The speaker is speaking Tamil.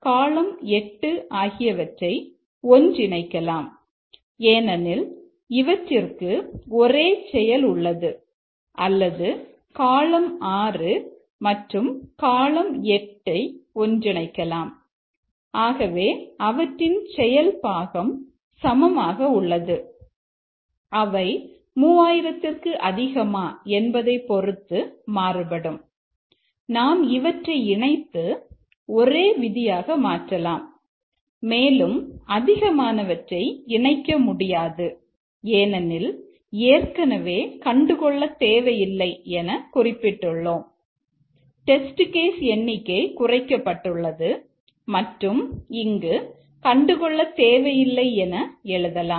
காளம் எண்ணிக்கை குறைக்கப்பட்டுள்ளது மற்றும் இங்கு கண்டு கொள்ளத் தேவையில்லை என எழுதலாம்